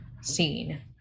scene